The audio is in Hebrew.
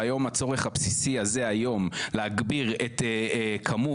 והיום הצורך הבסיסי הזה להגביר את כמות,